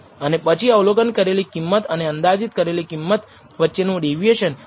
અને પછી અવલોકન કરેલી કિંમત અને અંદાજિત કરેલી કિંમત વચ્ચે નું ડેવિએશન કે